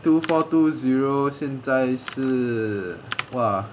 two four two zero 现在是 !wah!